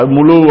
Mulu